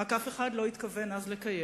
רק אף אחד לא התכוון אז לקיים.